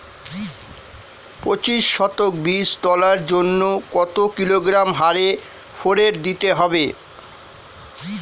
পঁচিশ শতক বীজ তলার জন্য কত কিলোগ্রাম হারে ফোরেট দিতে হবে?